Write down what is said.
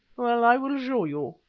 well, i will show you.